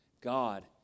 God